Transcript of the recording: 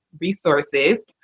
Resources